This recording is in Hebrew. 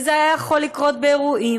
וזה היה יכול לקרות באירועים,